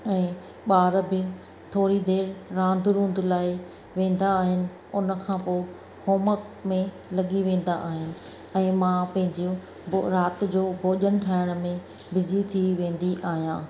ऐं ॿार बि थोरी देरि रांदि रुंद लाइ वेंदा आहिनि उन खां पोइ होमवर्क में लॻी वेंदा आहिनि ऐं मां पंहिंजियूं पोइ राति जो भोजन ठाहिण में बिज़ी थी वेंदी आहियां